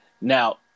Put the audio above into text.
Now